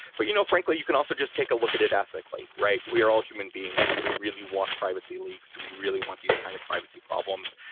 but you know you can also just take a look at it ethically, right? we are all human beings. do we really want privacy leaks? do we really want these kind of privacy problems.